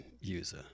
user